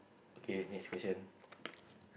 K next question